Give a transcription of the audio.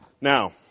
Now